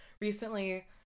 recently